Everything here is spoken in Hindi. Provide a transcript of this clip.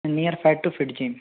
near fight to FIITJEE